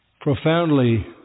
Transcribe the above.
profoundly